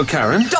Karen